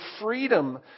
freedom